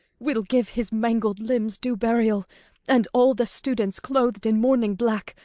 we'll give his mangled limbs due burial and all the students, cloth'd in mourning black,